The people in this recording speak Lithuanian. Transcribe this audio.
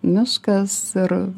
miškas ir